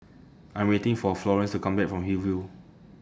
I'm waiting For Florence to Come Back from Hillview